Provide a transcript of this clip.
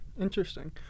Interesting